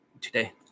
today